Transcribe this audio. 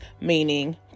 meaning